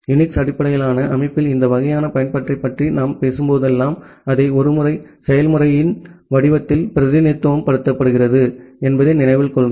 Unix அடிப்படையிலான அமைப்பில் இந்த வகையான பயன்பாட்டைப் பற்றி நாம் பேசும்போதெல்லாம் அதை ஒரு செயல்முறையின் வடிவத்தில் பிரதிநிதித்துவப்படுத்துகிறோம் என்பதை நினைவில் கொள்க